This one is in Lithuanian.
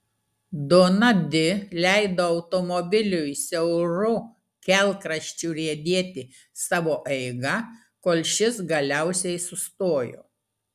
dona di leido automobiliui siauru kelkraščiu riedėti savo eiga kol šis galiausiai sustojo